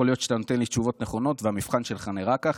לא יכול להיות שאתה נותן לי תשובות נכונות והמבחן שלך נראה ככה.